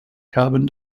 carbon